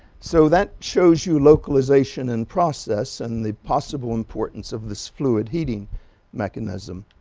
so that shows you localization and process and the possible importance of this fluid heating mechanism.